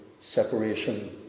separation